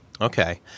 Okay